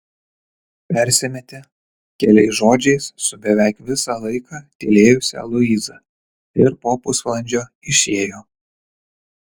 persimetė keliais žodžiais su beveik visą laiką tylėjusia luiza ir po pusvalandžio išėjo